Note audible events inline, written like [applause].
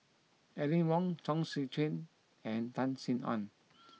Aline Wong Chong Tze Chien and Tan Sin Aun [noise]